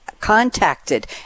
Contacted